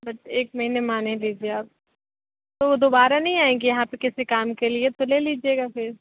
but एक महीने मान ही लिजिए आप तो दोबारा नहीं आएंगी यहाँ पे किसी काम के लिए तो ले लिजिएगा फिर